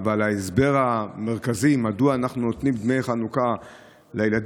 אבל ההסבר המרכזי מדוע אנחנו נותנים דמי חנוכה לילדים,